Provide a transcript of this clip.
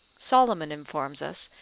solomon informs us,